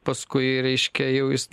paskui reiškia jau jis